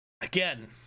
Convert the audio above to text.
Again